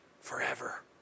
forever